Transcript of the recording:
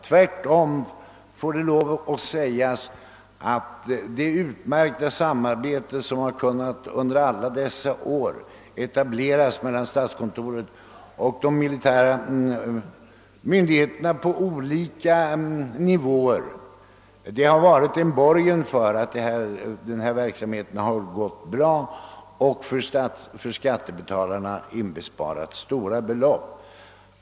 Tvärtoni får det lov att sägas att det utmärkta samarbete som under alla dessa år har kunnat etableras mellan statskontoret och de militära myndigheterna på olika nivåer har varit en borgen för att denna verksamhet har gått bra och åt skattebetalarna inbesparat stora belopp.